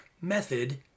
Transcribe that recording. method